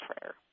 prayer